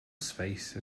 space